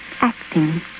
acting